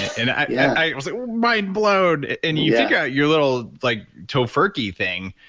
and i yeah i was mind blown. and you figure out your little like tofurkey thing.